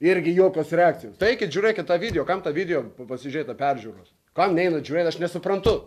irgi jokios reakcijos tai eikit žiūrėkit tą video kam ta video pasižiūrėta peržiūros kam neinat žiūrėt aš nesuprantu